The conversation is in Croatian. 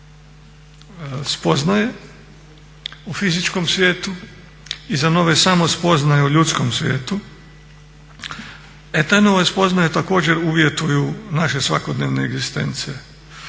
uvjetuju naše svakodnevne egzistencije.